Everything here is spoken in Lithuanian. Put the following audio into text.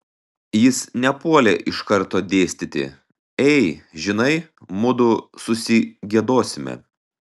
jis nepuolė iš karto dėstyti ei žinai mudu susigiedosime